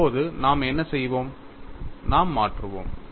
இப்போது நாம் என்ன செய்வோம் நாம் மாற்றுவோம்